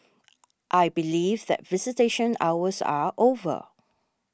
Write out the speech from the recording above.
I believe that visitation hours are over